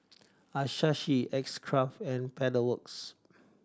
Asahi X Craft and Pedal Works